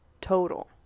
total